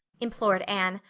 implored anne.